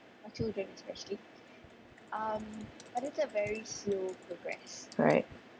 right